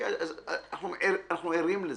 אנחנו ערים לזה.